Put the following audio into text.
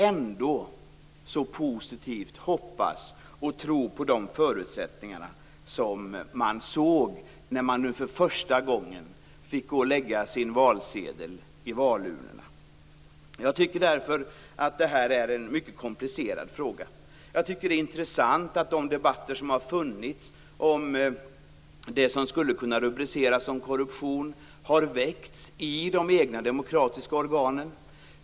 Ändå hoppas man och tror så positivt på de förutsättningar som man såg när man nu för första gången fick gå och lägga sin valsedel i valurnan. Jag tycker därför att det här är en mycket komplicerad fråga. Det är intressant att de debatter som har funnits om det som skulle kunna rubriceras som korruption har väckts i de egna demokratiska organen.